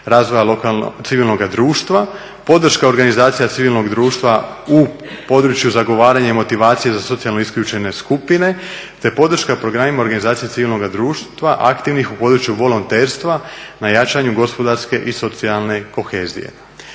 razvoja civilnoga društva, podrška organizacija civilnog društva u području zagovaranja i motivacije za socijalno isključene skupine, te podrška programima organizacije civilnoga društva aktivnih u području volonterstva na jačanju gospodarske i socijalne kohezije.